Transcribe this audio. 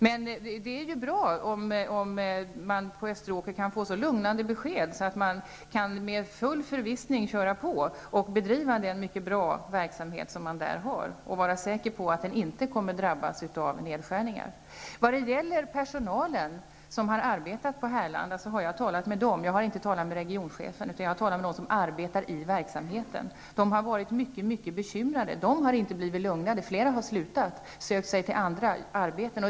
Men det är bra om man på Österåker kan få så lugnande besked att man där med full förvissning kan så att säga köra på och bedriva den mycket goda verksamhet som finns där och att man kan vara säker på att den inte kommer att drabbas av nedskärningar. Jag har talat med personalen på Härlanda. Jag har inte talat med regionchefen utan med dem som arbetar i verksamheten. De har varit mycket bekymrade. De har inte blivit lugnade, och flera har slutat och sökt sig till andra arbeten.